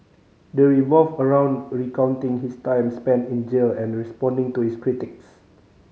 they revolve around recounting his time spent in jail and responding to his critics